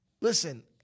listen